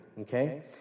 Okay